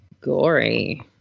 gory